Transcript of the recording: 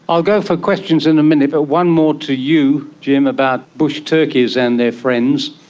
um go for questions in a minute, but one more to you, jim, about bush turkeys and their friends.